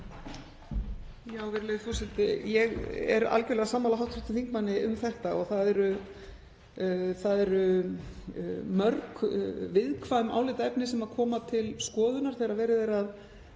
Virðulegi forseti. Ég er algjörlega sammála hv. þingmanni um þetta og það eru mörg viðkvæm álitaefni sem koma til skoðunar þegar verið er að